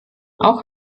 auch